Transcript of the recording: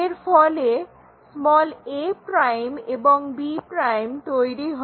এর ফলে a' এবং b' তৈরি হয়